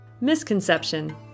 Misconception